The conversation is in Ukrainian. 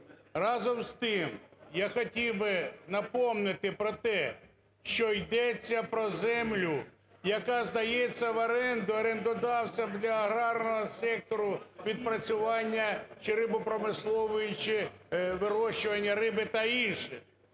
Разом з тим, я хотів би напомнити про те, що йдеться про землю, яка здається в оренду орендодавцем для аграрного сектору під працювання, чи рибопромислової, чи вирощування риби та інше.